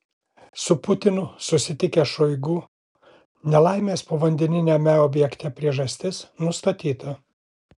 su putinu susitikęs šoigu nelaimės povandeniniame objekte priežastis nustatyta